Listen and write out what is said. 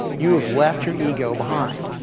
you have left your ego behind.